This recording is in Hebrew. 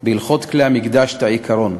בהלכות כלי המקדש את העיקרון: